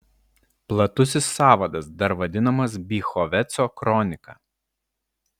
platusis sąvadas dar vadinamas bychoveco kronika